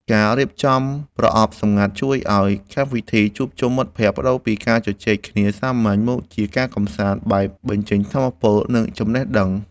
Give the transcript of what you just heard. ការរៀបចំប្រអប់សម្ងាត់ជួយឱ្យកម្មវិធីជួបជុំមិត្តភក្តិប្ដូរពីការជជែកគ្នាសាមញ្ញ មកជាការកម្សាន្តបែបបញ្ចេញថាមពល និងចំណេះដឹង។